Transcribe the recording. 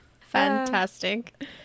Fantastic